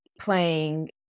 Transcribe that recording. playing